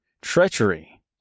treachery